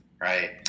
Right